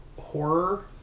horror